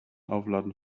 aufladen